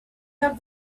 have